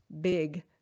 big